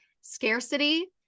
scarcity